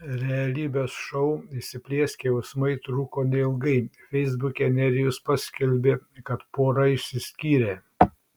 realybės šou įsiplieskę jausmai truko neilgai feisbuke nerijus paskelbė kad pora išsiskyrė